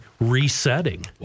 resetting